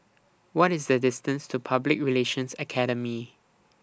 What IS The distance to Public Relations Academy